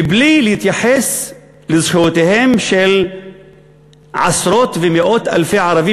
בלי להתייחס לזכויותיהם של עשרות ומאות אלפי ערבים